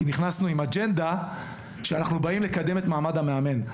כי נכנסנו עם אג'נדה שאנחנו באים לקדם את מעמד המאמן.